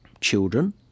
children